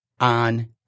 on